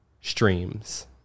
streams